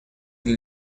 для